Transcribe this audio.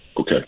Okay